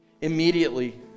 Immediately